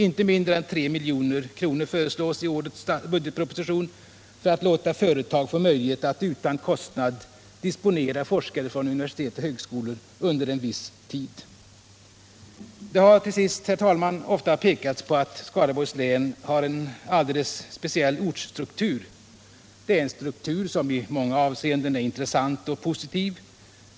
Inte mindre än 3 milj.kr. föreslås i årets budgetproposition för att företag skall få möjlighet att utan kostnad disponera forskare från universitet och högskolor under en viss tid. Till sist, herr talman, har det ofta pekats på att Skaraborgs län haren alldeles speciell ortsstruktur. Det är en struktur som i många avseenden är intressant och positiv.